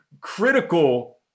critical